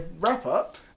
wrap-up